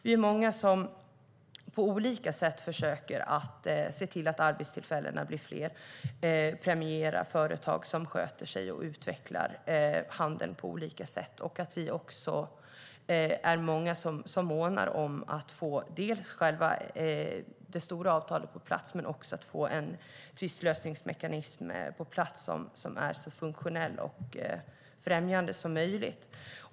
Vi är många som på olika sätt försöker se till att arbetstillfällena blir fler och premiera företag som sköter sig och utvecklar handeln på olika sätt. Vi är också många som månar om att få inte bara det stora avtalet på plats utan också en tvistlösningsmekanism som är så funktionell och främjande som möjligt.